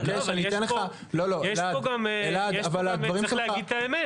אתן לך --- יש פה גם --- צריך גם להגיד את האמת.